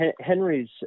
Henry's